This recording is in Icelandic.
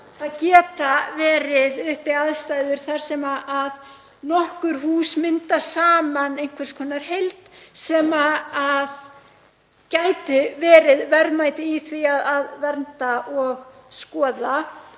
Það geta verið uppi aðstæður þar sem nokkur hús mynda saman einhvers konar heild sem gæti verið verðmæti í að vernda og skoða.